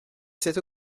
cette